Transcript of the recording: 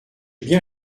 bien